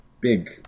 big